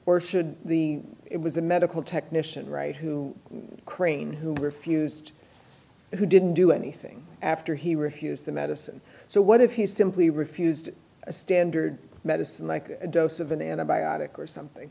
or should the it was the medical technician right who crane who refused who didn't do anything after he refused the medicine so what if he simply refused a standard medicine like dose of an antibiotic or something